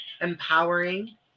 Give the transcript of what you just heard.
empowering